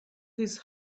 his